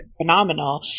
phenomenal